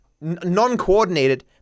Non-coordinated